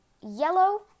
yellow